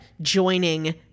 joining